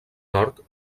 nord